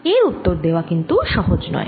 এর উত্তর দেওয়া সহজ নয়